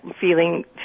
feeling